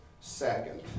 second